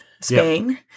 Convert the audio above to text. Spain